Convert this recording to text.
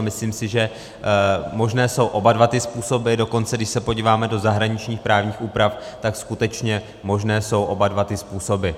Myslím si, že možné jsou oba dva způsoby, dokonce když se podíváme do zahraničních právních úprav, tak skutečně možné jsou oba dva způsoby.